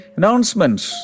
Announcements